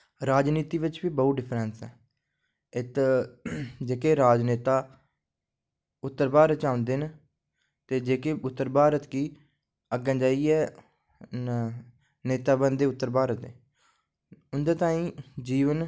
राजनीति बिच बी बहुत डिफरेंस ऐ इत्त जेह्के राजनेता उत्तर भारत च औंदे न ते जेह्के उत्तर भारत गी अग्गें जाइयै नेता बनदे उत्तर भारत दे उंदे ताहीं जीवन